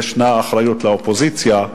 יש אחריות לאופוזיציה,